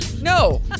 No